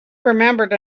remembered